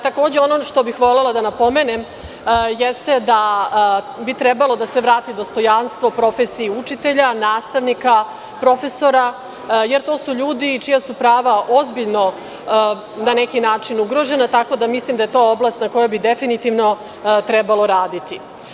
Takođe, ono što bih volela da napomenem jeste da bi trebalo da se vrati dostojanstvo profesiji učitelja, nastavnika, profesora, jer to su ljudi čija su prava ozbiljno na neki način ugrožena, tako da mislim da je to oblast na kojoj bi definitivno trebalo raditi.